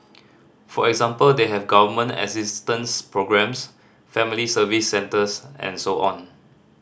for example they have Government assistance programmes family Service Centres and so on